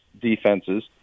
defenses